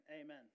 Amen